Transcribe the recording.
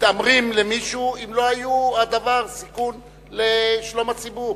מתעמרים במישהו אם לא היה הדבר סיכון לשלום הציבור.